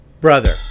brother